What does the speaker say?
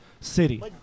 city